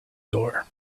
door